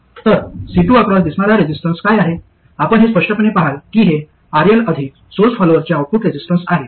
तर C2 across दिसणारा resistance काय आहे आपण हे स्पष्टपणे पहाल की हे RL अधिक सोर्स फॉलोअरचे आउटपुट रेजिस्टन्स आहे